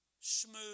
smooth